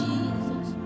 Jesus